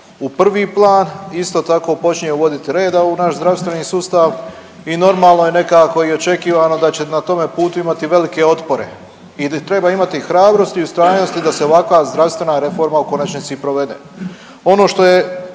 u prvi plan. Isto tako počinje uvoditi reda u naš zdravstveni sustav i normalno je, nekako je i očekivano da će na tome putu imati velike otpore. I treba imati hrabrosti i ustrajnosti da se ovakva zdravstvena reforma u konačnici i provede.